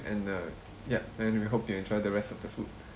and uh yup and we hope you enjoy the rest of the food